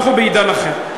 אנחנו בעידן אחר.